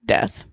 Death